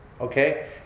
Okay